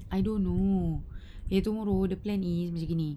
I don't know okay tomorrow the plan is macam gini